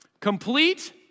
complete